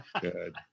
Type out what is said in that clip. Good